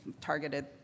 targeted